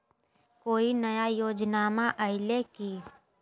कोइ नया योजनामा आइले की?